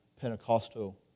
Pentecostal